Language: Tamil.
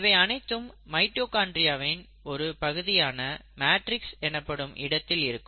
இவை அனைத்தும் மைட்டோகாண்ட்ரியாவின் ஒரு பகுதியான மேட்ரிக்ஸ் எனப்படும் இடத்தில் இருக்கும்